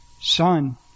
Son